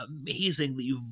amazingly